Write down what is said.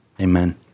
Amen